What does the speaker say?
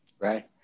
Right